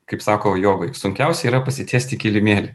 kaip sako jogai sunkiausia yra pasitiesti kilimėlį